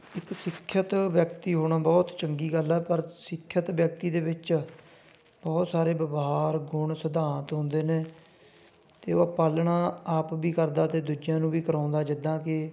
ਇੱਕ ਸਿੱਖਿਅਤ ਵਿਅਕਤੀ ਹੋਣਾ ਬਹੁਤ ਚੰਗੀ ਗੱਲ ਹੈ ਪਰ ਸਿੱਖਿਅਤ ਵਿਅਕਤੀ ਦੇ ਵਿੱਚ ਬਹੁਤ ਸਾਰੇ ਵਿਵਹਾਰ ਗੁਣ ਸਿਧਾਂਤ ਹੁੰਦੇ ਨੇ ਅਤੇ ਉਹ ਪਾਲਣਾ ਆਪ ਵੀ ਕਰਦਾ ਅਤੇ ਦੂਜਿਆਂ ਨੂੰ ਵੀ ਕਰਾਉਂਦਾ ਜਿੱਦਾਂ ਕਿ